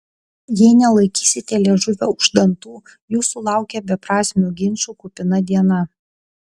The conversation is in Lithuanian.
jei nelaikysite liežuvio už dantų jūsų laukia beprasmių ginčų kupina diena